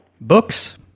Books